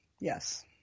yes